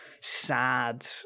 sad